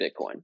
bitcoin